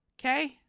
Okay